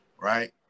right